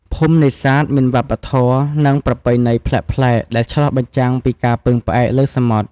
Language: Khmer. ភូមិនេសាទមានវប្បធម៌ និងប្រពៃណីប្លែកៗ ដែលឆ្លុះបញ្ចាំងពីការពឹងផ្អែកលើសមុទ្រ។